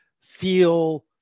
feel